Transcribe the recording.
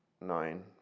nine